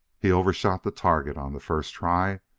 he overshot the target on the first try.